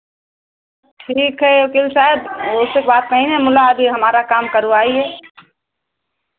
ठीक है वकील साहब वैसे कोई बात नहीं ना मतलब अभी हमारा काम करवाइए